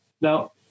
Now